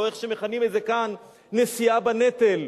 או איך שמכנים את זה כאן: נשיאה בנטל.